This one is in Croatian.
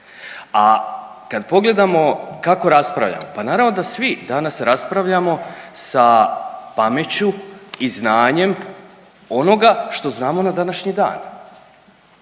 a kad pogledamo kako raspravljamo, pa naravno da svi danas raspravljamo sa pameću i znanjem onoga što znamo na današnji dan,